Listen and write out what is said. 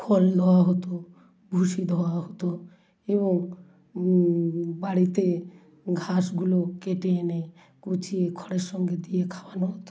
খোল দোওয়া হতো ভুসি দোওয়া হতো এবং বাড়িতে ঘাসগুলো কেটে এনে কুচিয়ে খড়ের সঙ্গে দিয়ে খাওয়ানো হতো